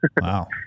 Wow